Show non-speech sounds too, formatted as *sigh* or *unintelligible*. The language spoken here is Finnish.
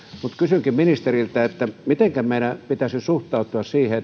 mutta kysynkin ministeriltä mitenkä meidän pitäisi suhtautua siihen *unintelligible*